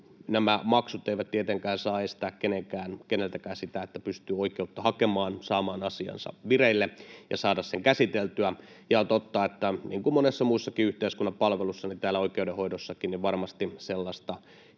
nämä maksut eivät tietenkään saa estää keneltäkään sitä, että pystyy oikeutta hakemaan, saamaan asiansa vireille ja saamaan sen käsiteltyä. Ja on totta, niin kuin monessa muussakin yhteiskunnan palvelussa, että täällä oikeudenhoidossakin on varmasti sellaista